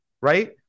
right